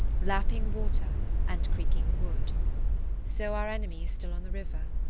lapping water and creaking wood so our enemy is still on the river.